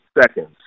seconds